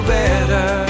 better